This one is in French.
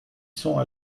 sont